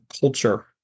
culture